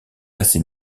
assez